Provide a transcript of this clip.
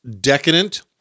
decadent